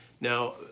Now